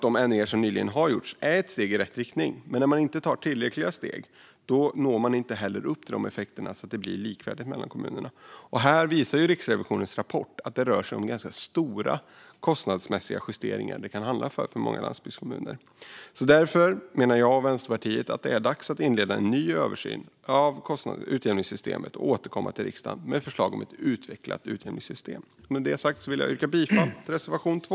De ändringar som nyligen har gjorts är ett steg i rätt riktning, men om man inte tar tillräckliga steg når man inte upp till de effekter som gör att det blir likvärdigt mellan kommunerna. Här visar Riksrevisionens rapport att det kan röra sig om ganska stora kostnadsmässiga justeringar för många landsbygdskommuner. Därför menar jag och Vänsterpartiet att det är dags att inleda en ny översyn av utjämningssystemet och återkomma till riksdagen med förslag om ett utvecklat utjämningssystem. Med detta sagt yrkar jag bifall till reservation 2.